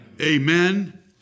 Amen